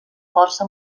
força